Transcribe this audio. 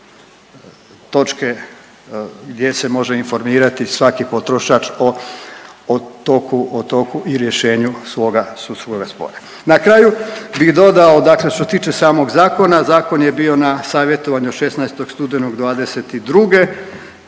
točke gdje se može informirati svaki potrošač o toku i rješenju svoga sudskoga spora. Na kraju bih dodao dakle što se tiče samog zakona, zakon je bio na savjetovanju od 16. studenog '22.